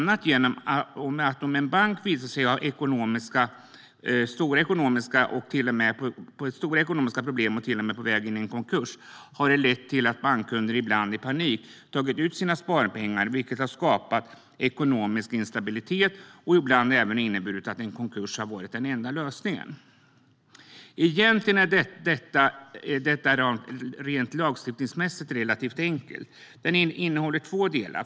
När en bank har visat sig ha stora ekonomiska problem och till och med varit på väg in i konkurs har det lett till att bankkunder ibland i panik tagit ut sina sparpengar, vilket har skapat ekonomisk instabilitet och ibland även inneburit att konkurs har varit den enda lösningen. Egentligen är detta rent lagstiftningsmässigt relativt enkelt och består av två delar.